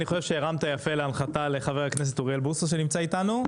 אני חושב שהרמת יפה להנחתה לחבר הכנסת אוריאל בוסו שנמצא איתנו.